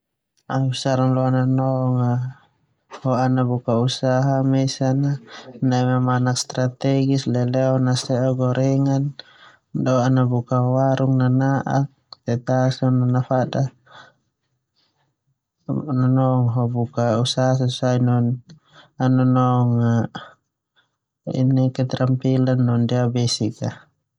Au saran lo au nanong a ho ana buka usah nai mamanak usaha mean nai mamanak strategis leleo nase'o gorengan do ana buka warung nana'ak te ta so na nafadan buka usaha sesaui no au nanong a keterampilan do ndia besik a.